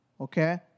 okay